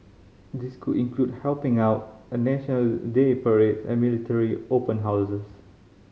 this could include helping out at National Day parade and military open houses